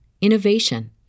innovation